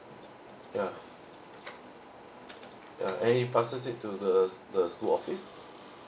ya uh any passes it to the the school office